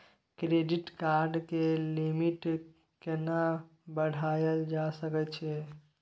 Credit card के limit केना बढायल जा सकै छै?